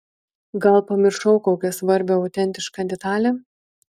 gal pamiršau kokią svarbią autentišką detalę